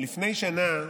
לפני שנה,